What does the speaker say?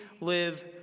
live